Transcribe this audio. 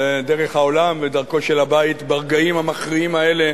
זו דרך העולם ודרכו של הבית ברגעים המכריעים האלה,